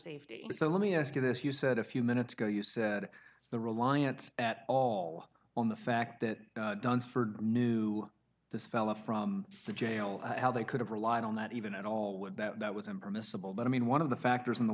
safety so let me ask you this you said a few minutes ago you said the reliance at all on the fact that dunsford knew this fellow from the jail how they could have relied on that even at all would that was impermissible but i mean one of the factors in the